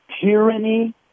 tyranny